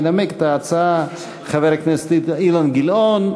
ינמק את ההצעה חבר הכנסת אילן גילאון.